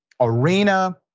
arena